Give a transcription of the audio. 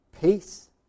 peace